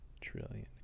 trillion